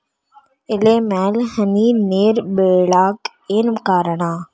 ಎಲೆ ಮ್ಯಾಲ್ ಹನಿ ನೇರ್ ಬಿಳಾಕ್ ಏನು ಕಾರಣ?